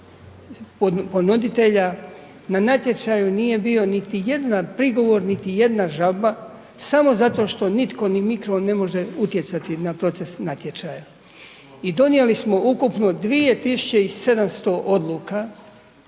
Na natječaju nije bio niti jedan prigovor niti jedna žalba, samo zato što nitko .../Govornik se ne razumije./... ne može utjecati na proces natječaja. I donijeli smo ukupno 2700 odluka